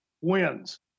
wins